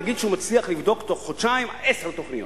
ונגיד שהוא מצליח לבדוק בתוך חודשיים עשר תוכניות.